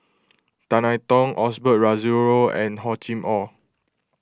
Tan I Tong Osbert Rozario and Hor Chim or